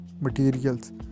materials